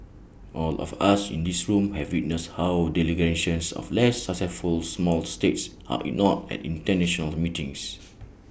all of us in this room have witnessed how delegations of less successful small states are ignored at International meetings